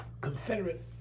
Confederate